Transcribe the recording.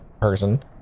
person